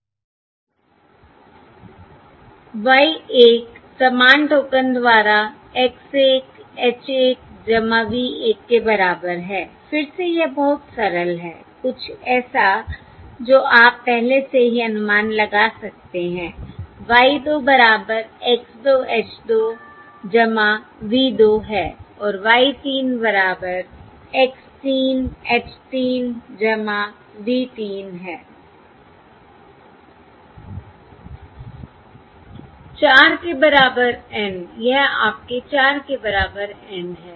Y 1 समान token द्वारा X 1 H 1 V 1 के बराबर है फिर से यह बहुत सरल है कुछ ऐसा जो आप पहले से ही अनुमान लगा सकते हैं Y 2 बराबर X 2 H 2 V 2 है और Y 3 बराबर X 3 H 3 V 3 है I 4 के बराबर N यह आपके 4 के बराबर N है